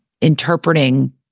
interpreting